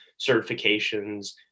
certifications